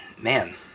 Man